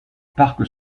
parc